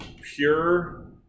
Pure